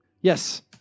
Yes